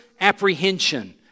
apprehension